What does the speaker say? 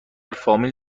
فامیل